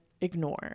ignore